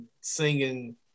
singing